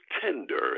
tender